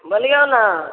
बोलिऔ ने